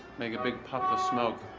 make a big puff of smoke.